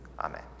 Amen